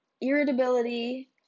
irritability